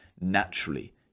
naturally